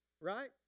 right